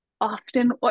often